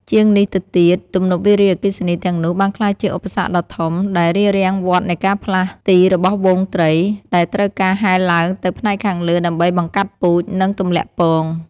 ជាងនេះទៅទៀត ទំនប់វារីអគ្គិសនីទាំងនោះបានក្លាយជាឧបសគ្គដ៏ធំ ដែលរារាំងវដ្តនៃការផ្លាស់ទីរបស់ហ្វូងត្រី ដែលត្រូវការហែលឡើងទៅផ្នែកខាងលើដើម្បីបង្កាត់ពូជ និងទម្លាក់ពង។